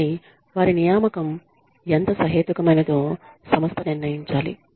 కానీ వారి నియమం ఎంత సహేతుకమైనదో సంస్థ నిర్ణయించాలి